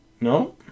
No